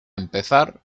empezar